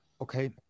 Okay